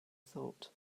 thought